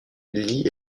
lee